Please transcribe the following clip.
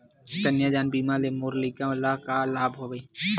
कन्यादान बीमा ले मोर लइका ल का लाभ हवय?